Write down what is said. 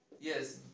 yes